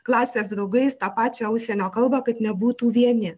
klasės draugais tą pačią užsienio kalbą kad nebūtų vieni